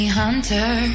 hunter